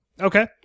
Okay